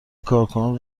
کارکنان